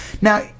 Now